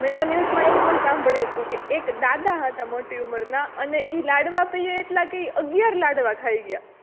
મેં તો ન્યૂઝમાં એવું પણ સાંભળ્યુતું કે એક દાદા હતા મોટી ઉંમરના અને ઈ લાડવા તો ઈ કે અગિયાર લાડવા ખાઈ ગયા